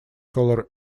color